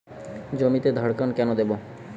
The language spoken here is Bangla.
জমিতে ধড়কন কেন দেবো?